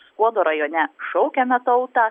skuodo rajone šaukiame tautą